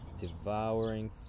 devouring